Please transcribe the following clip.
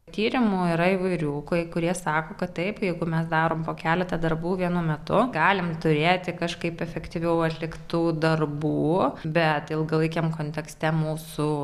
tyrimų yra įvairių kai kurie sako kad taip jeigu mes darom po keletą darbų vienu metu galim turėti kažkaip efektyviau atliktų darbų bet ilgalaikiam kontekste mūsų